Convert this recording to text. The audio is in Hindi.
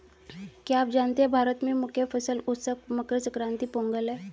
क्या आप जानते है भारत में मुख्य फसल उत्सव मकर संक्रांति, पोंगल है?